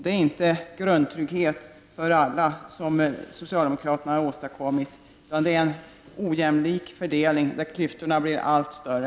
Det är inte grundtrygghet för alla som socialdemokraterna åstadkommit, utan en ojämlik fördelning där klyftorna blir allt större.